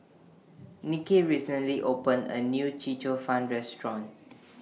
Nicky recently opened A New Chee Cheong Fun Restaurant